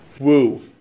Woo